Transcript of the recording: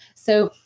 so,